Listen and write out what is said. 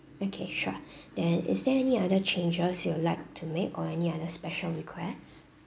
okay sure then is there any other changes you will like to make or any other special request